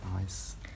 Nice